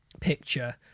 picture